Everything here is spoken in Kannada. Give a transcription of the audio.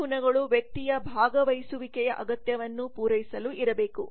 ಈ ಗುಣಗಳು ವ್ಯಕ್ತಿಯ ಭಾಗವಹಿಸುವಿಕೆಯ ಅಗತ್ಯವನ್ನು ಪೂರೈಸಲು ಇರಬೇಕು